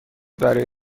برای